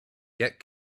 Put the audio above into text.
get